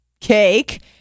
cake